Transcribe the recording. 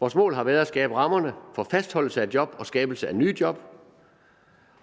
Vores mål har været at skabe rammerne for fastholdelse af job og skabelse af nye job,